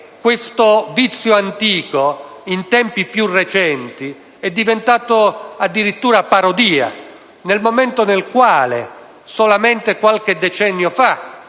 Questo vizio antico, in tempi più recenti è diventato addirittura parodia. Basti pensare che soltanto qualche decennio fa,